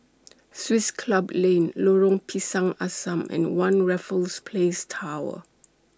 Swiss Club Lane Lorong Pisang Asam and one Raffles Place Tower